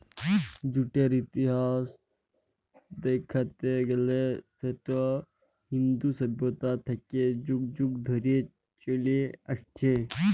জুটের ইতিহাস দ্যাইখতে গ্যালে সেট ইন্দু সইভ্যতা থ্যাইকে যুগ যুগ ধইরে চইলে আইসছে